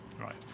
right